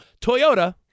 Toyota